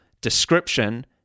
description